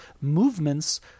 movements